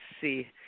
see